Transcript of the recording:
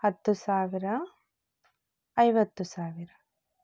ಹತ್ತು ಸಾವಿರ ಐವತ್ತು ಸಾವಿರ